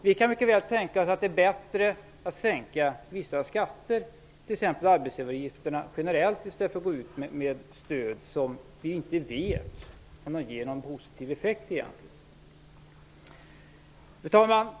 Vi kan mycket väl tänka oss att det är bättre att sänka vissa skatter generellt, t.ex. arbetsgivaravgifterna, i stället för att gå ut med stöd som vi inte vet om det ger någon positiv effekt. Fru talman!